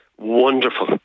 Wonderful